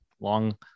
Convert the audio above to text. long